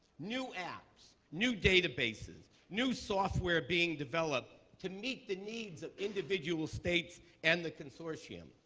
new apps, new databases, new software, being developed to meet the needs of individual states and the consortium.